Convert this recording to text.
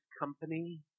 company